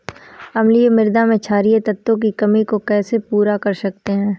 अम्लीय मृदा में क्षारीए तत्वों की कमी को कैसे पूरा कर सकते हैं?